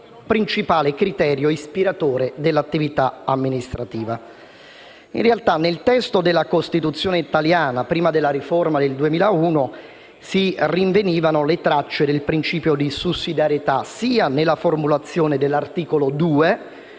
principale criterio ispiratore dell'attività amministrativa. In realtà, nel testo della Costituzione italiana, prima della riforma del 2001, si rinvenivano le tracce del principio di sussidiarietà sia nella formulazione dell'articolo 2